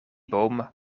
boom